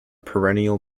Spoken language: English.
perennial